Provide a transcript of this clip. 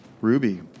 Ruby